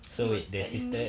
he was telling me